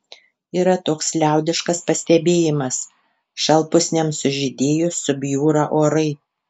yra toks liaudiškas pastebėjimas šalpusniams sužydėjus subjūra orai